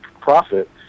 profit